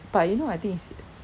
but you know I think it's